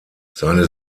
seine